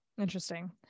Interesting